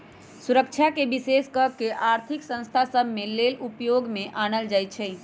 सुरक्षाके विशेष कऽ के आर्थिक संस्था सभ के लेले उपयोग में आनल जाइ छइ